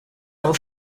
aus